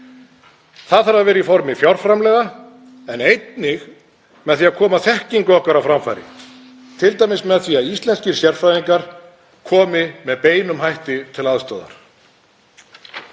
Það þarf að vera í formi fjárframlaga en einnig með því að koma þekkingu okkar á framfæri, t.d. með því að íslenskir sérfræðingar komi með beinum hætti til aðstoðar.